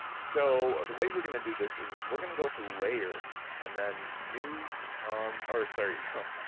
so the way we're going to do this is we're going to go to layer and then new or sorry no,